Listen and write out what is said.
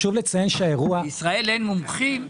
בישראל אין מומחים?